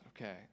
Okay